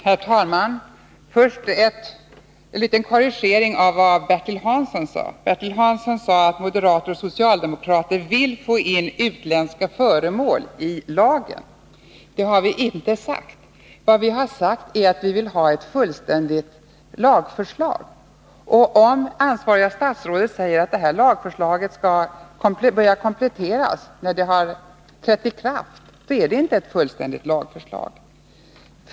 Herr talman! Först vill jag göra en liten korrigering av vad Bertil Hansson sade. Han sade att moderater och socialdemokrater vill få in utländska föremål i lagen. Det har vi inte sagt. Vi har sagt att vi vill ha ett fullständigt lagförslag. Om lagförslaget skall börja kompletteras när det just har trätt i kraft, så är det inte ett fullständigt lagförslag.